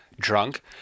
Drunk